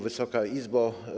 Wysoka Izbo!